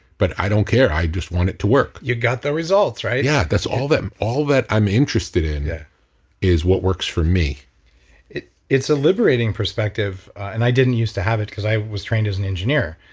but i don't care, i just want it to work you got the results, right? yeah, that's all that, all that i'm interested in yeah is what works for me it's a liberating perspective, and i didn't use to have it because i was trained as an engineer.